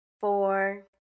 four